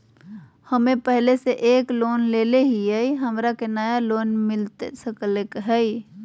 हमे पहले से एक लोन लेले हियई, हमरा के नया लोन मिलता सकले हई?